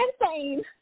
insane